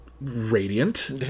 radiant